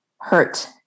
hurt